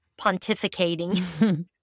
pontificating